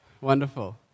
Wonderful